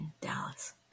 Dallas